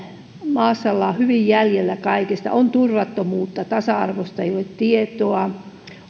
maassa ollaan hyvin jäljessä kaikesta on turvattomuutta tasa arvosta ei ole tietoa